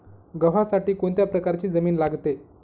गव्हासाठी कोणत्या प्रकारची जमीन लागते?